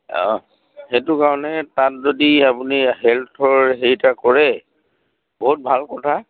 অঁ সেইটো কাৰণে তাত যদি আপুনি হেলথৰ হেৰি এটা কৰে বহুত ভাল কথা